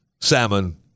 Salmon